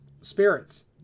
Spirits